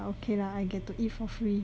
but okay lah I get to eat for free